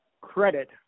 credit